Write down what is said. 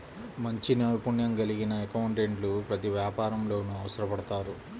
మంచి నైపుణ్యం కలిగిన అకౌంటెంట్లు ప్రతి వ్యాపారంలోనూ అవసరపడతారు